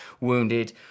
wounded